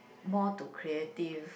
more to creative